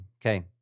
Okay